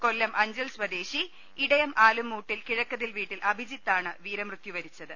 കൊല്പം അഞ്ചൽ സ്വദേശി ഇടയം ആലുംമൂട്ടിൽ കിഴക്കതിൽ വീട്ടിൽ അഭിജി ത്താണ് വീരമൃത്യു വരിച്ചത്